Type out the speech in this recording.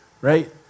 right